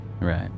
Right